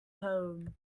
home